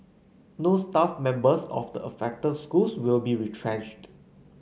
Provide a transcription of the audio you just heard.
no staff members of the affected schools will be retrenched